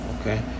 okay